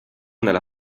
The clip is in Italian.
nella